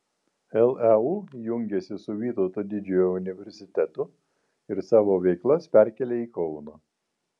leu jungiasi su vytauto didžiojo universitetu ir savo veiklas perkelia į kauną